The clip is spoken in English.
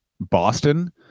boston